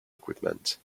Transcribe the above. equipment